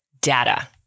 data